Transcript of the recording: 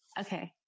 Okay